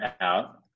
out